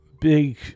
big